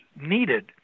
needed